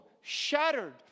shattered